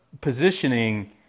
positioning